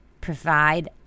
provide